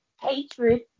hatred